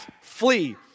flee